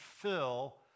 fill